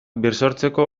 birsortzeko